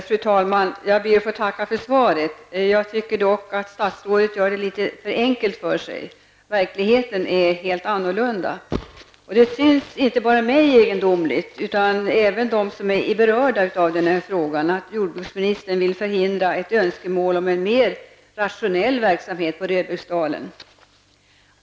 Fru talman! Jag ber att få tacka för svaret. Jag tycker dock att statsrådet gör det litet för enkelt för sig. Verkligheten är helt annorlunda. Det synes inte bara för mig utan även för dem som är berörda av frågan egendomligt att jordbruksministern vill förhindra ett önskemål om mer rationell verksamhet på Röbäcksdalen.